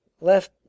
left